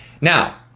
Now